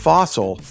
Fossil